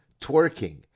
twerking